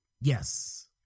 Yes